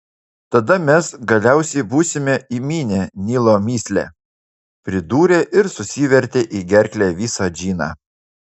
tada mes galiausiai būsime įminę nilo mįslę pridūrė ir susivertė į gerklę visą džiną